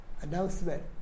announcement